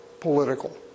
political